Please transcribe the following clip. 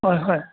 ꯍꯣꯏ ꯍꯣꯏ